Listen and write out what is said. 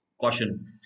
caution